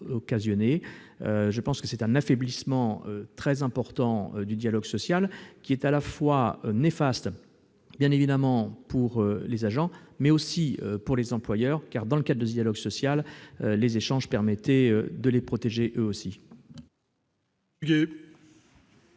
mon sens, il s'agit d'un affaiblissement très important du dialogue social qui est à la fois néfaste bien évidemment pour les agents, mais aussi pour les employeurs, car, dans le cadre du dialogue social actuel, les échanges permettaient également de les